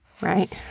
Right